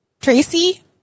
Tracy